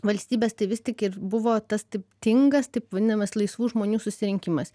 valstybes tai vis tik ir buvo tas taip tingas taip vadinamas laisvų žmonių susirinkimas